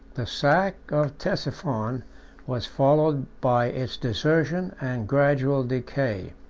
the sack of ctesiphon was followed by its desertion and gradual decay.